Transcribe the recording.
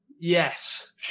Yes